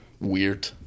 weird